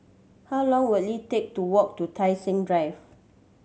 how long will it take to walk to Tai Seng Drive